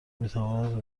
میتواند